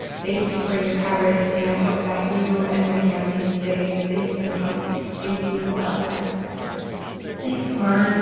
thank you for your coverage and i hope that you and your family stay safe and healthy. thank you, noel. mr. smith thanks laura, and